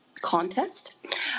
contest